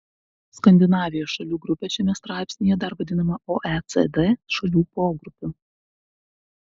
skandinavijos šalių grupė šiame straipsnyje dar vadinama oecd šalių pogrupiu